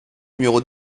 numéro